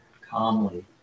calmly